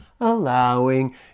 allowing